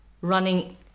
running